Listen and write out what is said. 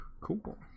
Cool